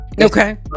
Okay